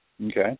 Okay